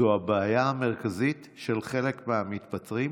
זו הבעיה המרכזית של חלק מהמתפטרים.